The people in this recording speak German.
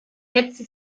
hetzte